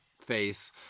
face